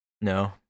No